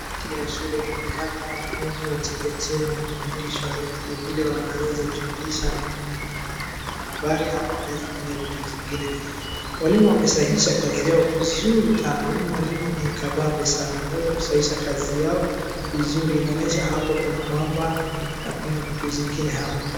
Hati ya shule inaonekana wanafunzi wa chekechea wamefundishwa vile wanaweza jumlisha manambari ama wanaweza kufanya vitu zingine. Walimu wamesahisha kazi yao vizuri sana. Huyu mwalimu ni kabambi sana anaweza kusahisha kazi yao vizuri inaonesha hapo kuna mwamba na kuna vitu zingine hapo.